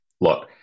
look